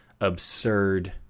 absurd